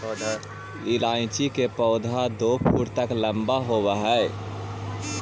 इलायची के पौधे दो फुट तक लंबे होवअ हई